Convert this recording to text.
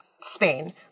Spain